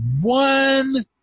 one